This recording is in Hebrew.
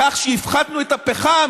לכך שהפחתנו את הפחם,